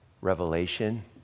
revelation